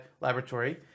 Laboratory